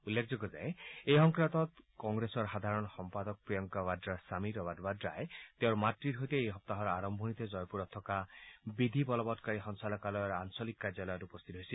উল্লেখযোগ্য যে এই সংক্ৰান্তত কংগ্ৰেছৰ সাধাৰণ সম্পাদক প্ৰিয়ংকা ভাদ্ৰাৰ স্বামী ৰৱাৰ্ট ভাদ্ৰাই তেওঁৰ মাতৃৰ সৈতে এই সপ্তাহৰ আৰম্ভণিতে জয়পুৰত থকা বিধি বলৱৎকাৰী সঞ্চালকালয়ৰ আঞ্চলিক কাৰ্যালয়ত উপস্থিত হৈছিল